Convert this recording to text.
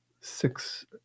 six